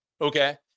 Okay